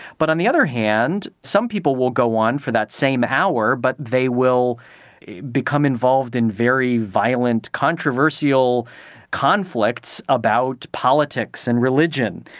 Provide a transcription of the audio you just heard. but on the other hand, some people will go on for that same hour but they will become involved in very violent controversial conflicts about politics and religion.